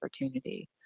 opportunity